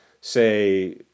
say